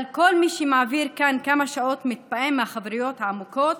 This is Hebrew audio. אבל כל מי שמעביר כאן כמה שעות מתפעם מהחברויות העמוקות